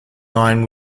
nine